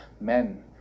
men